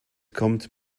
kommt